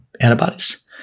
antibodies